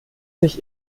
sich